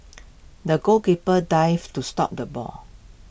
the goalkeeper dived to stop the ball